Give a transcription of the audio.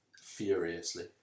Furiously